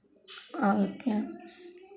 और क्या